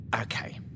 Okay